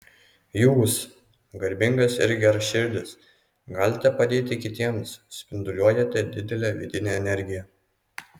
jūs garbingas ir geraširdis galite padėti kitiems spinduliuojate didelę vidinę energiją